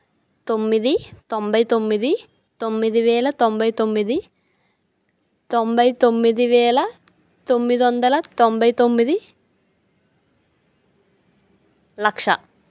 తొమ్మిది తొంభై తొమ్మిది తొమ్మిది వేల తొంభై తొమ్మిది తొంభై తొమ్మిది వేల తొమ్మిది వందల తొంభై తొమ్మిది లక్ష